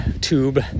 tube